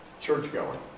church-going